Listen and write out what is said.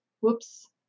Whoops